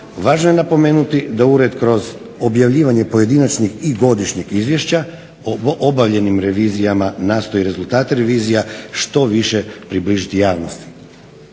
Važno je napomenuti da Ured kroz objavljivanje pojedinačnih i godišnjih izvješća o obavljenim revizijama nastoji rezultat revizija što više približiti javnosti.